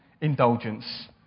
indulgence